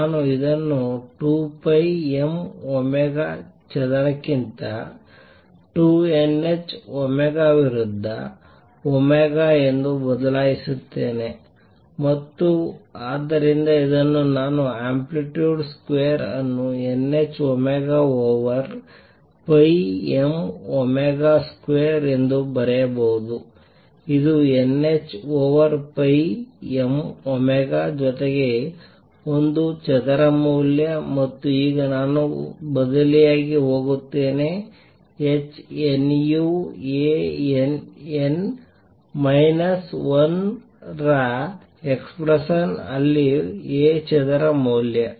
ನಾನು ಇದನ್ನು 2 pi m omega ಚದರಕ್ಕಿಂತ 2 nh ಒಮೆಗಾ ವಿರುದ್ಧ ಒಮೆಗಾ ಎಂದು ಬದಲಾಯಿಸುತ್ತೇನೆ ಮತ್ತು ಆದ್ದರಿಂದ ನಾನು ಆಂಪ್ಲಿಟ್ಯೂಡ್ ಸ್ಕ್ವೇರ್ ಅನ್ನು nh omega over pi m omega square ಎಂದು ಬರೆಯಬಹುದು ಇದು nh over pi m omega ಜೊತೆಗೆ ಒಂದು ಚದರ ಮೌಲ್ಯ ಮತ್ತು ಈಗ ನಾನು ಬದಲಿಯಾಗಿ ಹೋಗುತ್ತೇನೆ h nu A n n minus 1 ರ ಎಕ್ಸ್ಪ್ರೆಷನ್ ಅಲ್ಲಿ A ಚದರ ಮೌಲ್ಯ